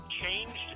changed